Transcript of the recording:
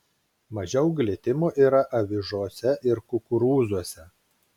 mažiau glitimo yra avižose ir kukurūzuose